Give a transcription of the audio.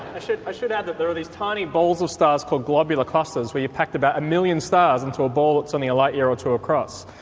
ah i should add that there are these tiny balls of stars called globular clusters where you pack about a million stars into a ball that's only a light year or two across,